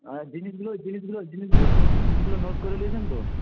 আর জিনিসগুলো জিনিসগুলো জিনিসগুলো নোট করে নিয়েছেন তো